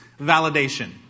Validation